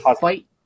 fight